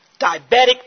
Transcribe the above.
diabetic